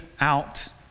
out